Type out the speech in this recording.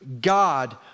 God